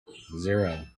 zero